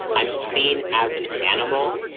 i'm seen as an animal.